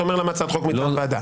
אתה אומר: למה הצעת חוק מטעם ועדה?